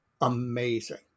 amazing